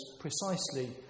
precisely